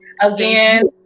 Again